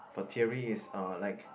for theory is uh like